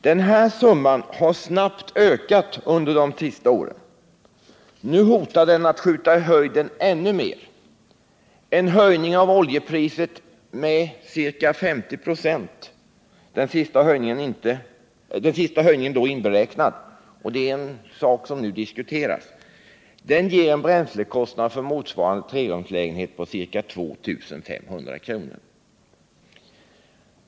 Den summan har snabbt ökat under de senaste åren, och nu hotar den att skjuta i höjden ännu mer. Den höjning av oljepriset med ca 50 96 som nu diskuteras — den senaste höjningen då medräknad — ger en bränslekostnad för denna trerumslägenhet på ca 2 500 kr.